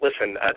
listen